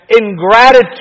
ingratitude